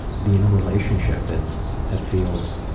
be in a relationship that that feels.